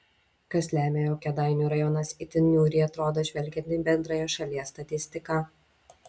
kas lemia jog kėdainių rajonas itin niūriai atrodo žvelgiant į bendrąją šalies statistiką